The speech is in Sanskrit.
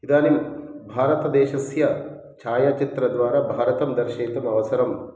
इदानीं भारतदेशस्य छायाचित्रद्वारा भारतं दर्शयितुम् अवसरं